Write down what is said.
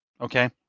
Okay